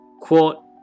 Quote